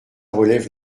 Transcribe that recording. relève